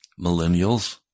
millennials